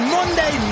Monday